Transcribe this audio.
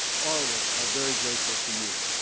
all of us are very grateful to you.